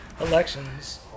elections